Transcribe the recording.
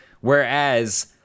Whereas